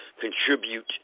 contribute